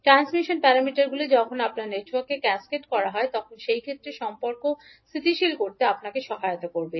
transmission প্যারামিটারগুলি যখন আপনার নেটওয়ার্ককে ক্যাসকেড Networks Cascade করা হয় তখন সেই ক্ষেত্রে সম্পর্ক স্থিতিশীল করতে আপনাকে সহায়তা করবে